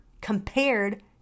compared